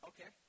Okay